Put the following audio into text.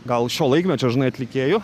gal šio laikmečio žinai atlikėjų